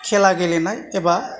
खेला गेलेनाय एबा